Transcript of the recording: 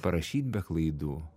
parašyt be klaidų